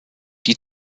die